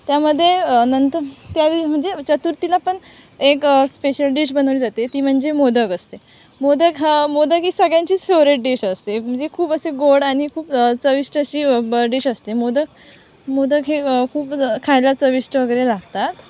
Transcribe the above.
त्यामध्ये नंतर त्यावेळी म्हणजे चतुर्थीला पण एक स्पेशल डिश बनवली जाते ती म्हणजे मोदक असते मोदक हा मोदक ही सगळ्यांचीच फेवरेट डिश असते म्हणजे खूप असे गोड आणि खूप चविष्ट अशी ब डिश असते मोदक मोदक हे खूप ज खायला चविष्ट वगैरे लागतात